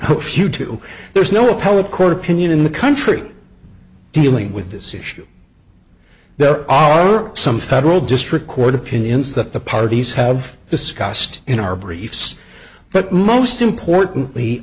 know few too there's no appellate court opinion in the country dealing with this issue there are some federal district court opinions that the parties have discussed in our briefs but most importantly